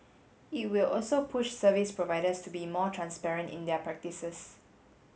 it will also push service providers to be more transparent in their practices